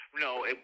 No